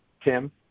Tim